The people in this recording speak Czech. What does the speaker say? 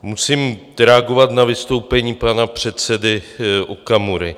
Musím reagovat na vystoupení pana předsedy Okamury.